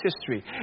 history